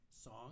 song